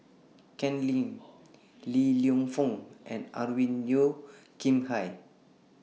Ken Lim Li Lienfung and Alvin Yeo Khirn Hai